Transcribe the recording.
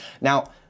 Now